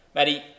Maddie